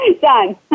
done